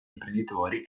imprenditori